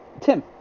tim